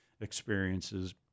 experiences